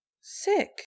Sick